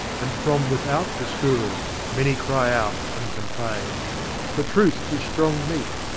and from without the schools many cry out and complain for truth is strong meat,